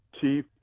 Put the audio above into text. chief